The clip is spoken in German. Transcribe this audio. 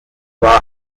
war